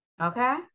Okay